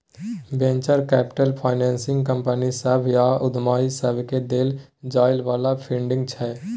venture capital financing company सभ आ उद्यमी सबकेँ देल जाइ बला फंडिंग छै